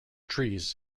trees